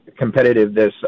competitiveness